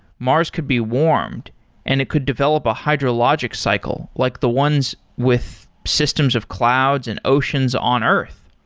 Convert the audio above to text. mars could be warmed and it could develop a hydrologic cycle like the ones with systems of clouds and oceans on earth.